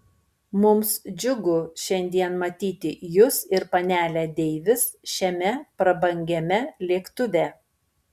mums džiugu šiandien matyti jus ir panelę deivis šiame prabangiame lėktuve